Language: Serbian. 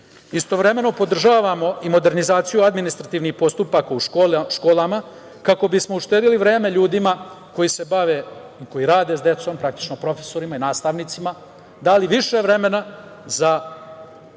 svet. Istovremeno, podržavamo i modernizaciju administrativnih postupaka u školama kako bismo uštedeli vreme ljudima koji rade sa decom, praktično profesorima i nastavnicima, dali više vremena za